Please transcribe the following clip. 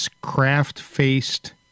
craft-faced